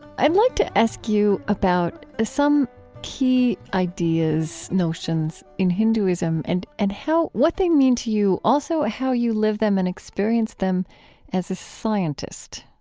i'd like to ask you about ah some key ideas, notions, in hinduism and and what they mean to you, also how you live them and experience them as a scientist.